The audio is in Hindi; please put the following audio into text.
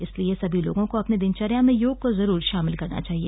इस लिए सभी लोगों को अपनी दिन चर्या में योग को जरूर शामिल करना चाहिए